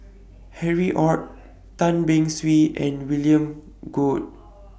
Harry ORD Tan Beng Swee and William Goode